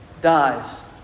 dies